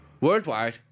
worldwide